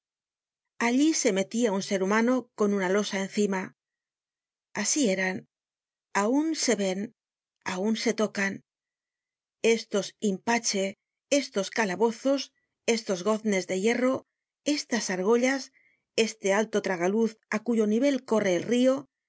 allí se metia un ser humano con una losa encima asieran aun se ven aun se tocan estos in pace estos calabozos estos goznes de hierro estas argollas este alto tragaluz á cuyo nivel corre el rio